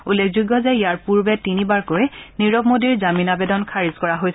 উল্লেখযোগ্য যে ইয়াৰ পূৰ্বে তিনিবাৰকৈ নিৰৱ মোদীৰ জামিন আবেদন খাৰিজ কৰা হৈছিল